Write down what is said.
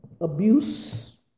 abuse